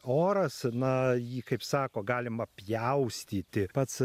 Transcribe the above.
oras na jį kaip sako galima pjaustyti pats